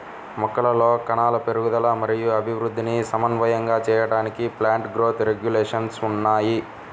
మొక్కలలో కణాల పెరుగుదల మరియు అభివృద్ధిని సమన్వయం చేయడానికి ప్లాంట్ గ్రోత్ రెగ్యులేషన్స్ ఉన్నాయి